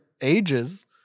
ages